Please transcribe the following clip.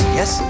yes